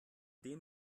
dem